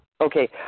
okay